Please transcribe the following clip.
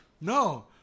No